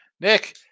Nick